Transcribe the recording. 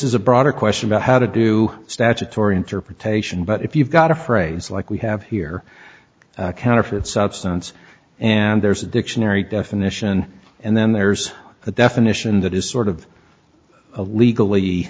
is a broader question about how to do statutory interpretation but if you've got a phrase like we have here counterfeit substance and there's a dictionary definition and then there's the definition that is sort of a legally